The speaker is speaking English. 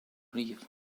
reef